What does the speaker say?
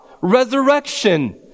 resurrection